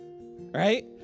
right